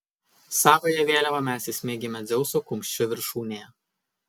savąją vėliavą mes įsmeigėme dzeuso kumščio viršūnėje